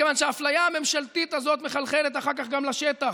מכיוון שהאפליה הממשלתית הזאת מחלחלת אחר כך גם לשטח,